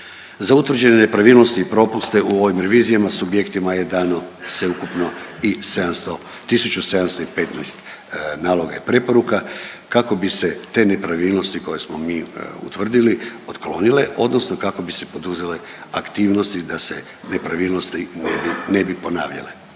Za utvrđene nepravilnosti i propuste u ovim revizijama subjektima je dano sveukupno i 1715 naloga i preporuka kako bi se te nepravilnosti koje smo mi utvrdili otklonile, odnosno kako bi se poduzele aktivnosti da se nepravilnosti ne bi ponavljale.